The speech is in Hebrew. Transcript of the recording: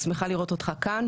שמחה לראות אותך כאן,